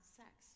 sex